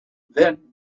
then